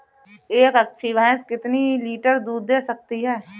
एक अच्छी भैंस कितनी लीटर दूध दे सकती है?